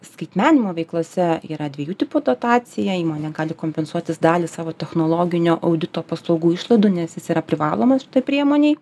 skaitmenimo veiklose yra dviejų tipų dotacija įmonė gali kompensuotis dalį savo technologinio audito paslaugų išlaidų nes jis yra privalomas šitoj priemonėj